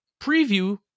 preview